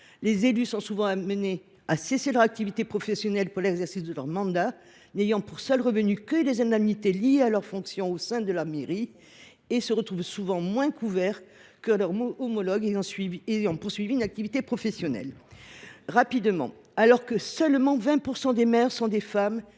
Les élus sont souvent amenés à cesser leur activité professionnelle pour l’exercice de leur mandat, n’ayant pour seul revenu que les indemnités liées à leurs fonctions au sein de leur mairie, et se retrouvent souvent moins bien couverts que leurs homologues ayant poursuivi une activité professionnelle. Alors que seulement 20 % des maires sont des femmes,